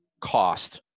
cost